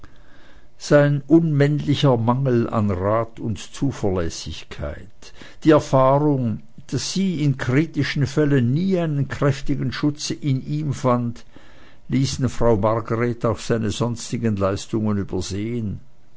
sein unmännlicher mangel an rat und zuverlässigkeit die erfahrung daß sie in kritischen fällen nie einen kräftigen schutz in ihm fand ließen frau margret auch seine sonstigen leistungen übersehen